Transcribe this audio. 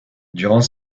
durant